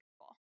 people